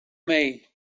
mig